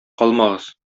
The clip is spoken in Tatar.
калмагыз